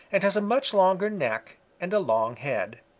and has a much longer neck and a long head.